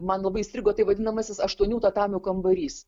man labai įstrigo tai vadinamasis aštuonių tatamių kambarys